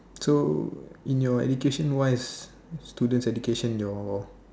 so in your education wise students education your